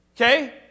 okay